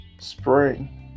Spring